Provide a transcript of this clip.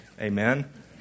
amen